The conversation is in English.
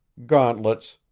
gauntlets,